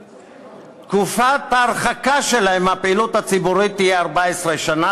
תקופת ההרחקה שלהם מהפעילות הציבורית תהיה 14 שנה,